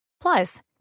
Plus